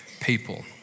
people